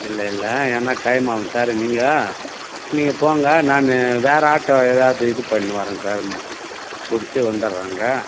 இல்லை இல்லை ஏன்னா டைம் ஆவும் சார் நீங்கள் நீங்கள் போங்க நான் வேறு ஆட்டோ எதாவது இது பண்ணி வரேன் சார் புடிச்சு வந்துடுறேன் அங்கே